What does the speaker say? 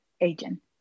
agent